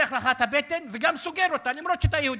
פותח לך את הבטן וגם סוגר אותה, למרות שאתה יהודי,